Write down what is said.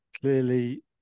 clearly